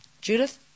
Judith